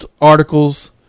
articles